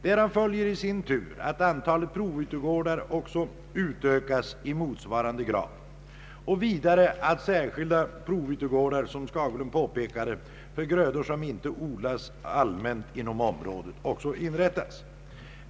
Därav följer i sin tur att antalet provytegårdar utökas i motsvarande grad och vidare — som herr Skagerlund påpekade — att särskilda provytegårdar inrättas för grödor, som inte odlas allmänt inom omådet.